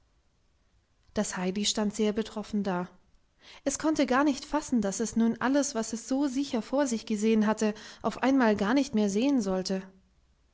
das heidi stand sehr betroffen da es konnte gar nicht fassen daß es nun alles was es so sicher vor sich gesehen hatte auf einmal gar nicht mehr sehen sollte